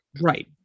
Right